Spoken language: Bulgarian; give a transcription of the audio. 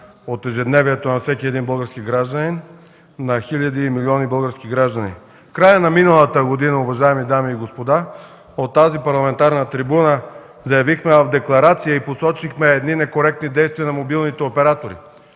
от ежедневието на всеки български гражданин, на хиляди и милиони български граждани. В края на миналата година, уважаеми дами и господа, от тази парламентарна трибуна заявихме в декларация и посочихме едни некоректни действия на мобилните оператори,